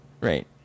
right